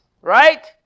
right